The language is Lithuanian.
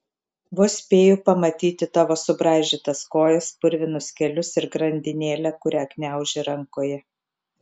vos spėju pamatyti tavo subraižytas kojas purvinus kelius ir grandinėlę kurią gniauži rankoje